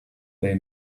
they